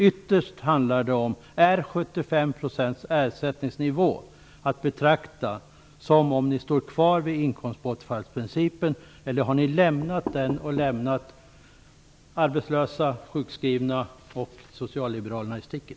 Ytterst handlar det om följande: Är 75 % i ersättningsnivå att betrakta som att ni står kvar vid inkomstbortfallsprincipen, eller har ni lämnat den och därmed lämnat arbetslösa, sjukskrivna och socialliberalerna i sticket?